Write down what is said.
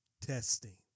testing